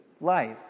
life